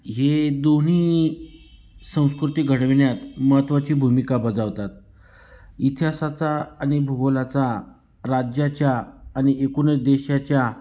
हे दोन्ही संस्कृती घडविण्यात महत्त्वाची भूमिका बजावतात इतिहासाचा आणि भूगोलाचा राज्याच्या आणि एकूणच देशाच्या